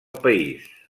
país